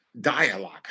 dialogue